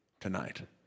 tonight